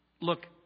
Look